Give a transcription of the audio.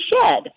shed